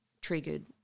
triggered